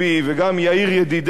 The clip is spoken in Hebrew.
וגם יאיר ידידנו,